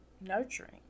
nurturing